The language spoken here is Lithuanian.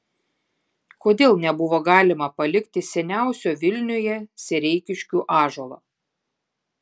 kodėl nebuvo galima palikti seniausio vilniuje sereikiškių ąžuolo